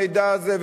המידע הזה,